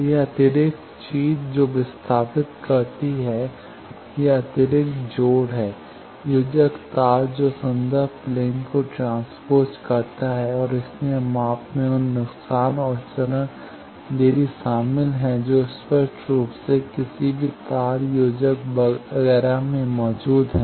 तो यह अतिरिक्त चीज जो विस्थापित करती है यह अतिरिक्त जोड़ है योजक तार जो संदर्भ प्लेन को ट्रांस्पोज करता है और इसीलिए माप में उन नुकसान और चरण देरी शामिल हैं जो स्पष्ट रूप से किसी भी तार योजक वगैरह में मौजूद हैं